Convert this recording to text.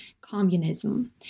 Communism